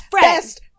best